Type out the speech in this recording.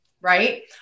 right